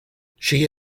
she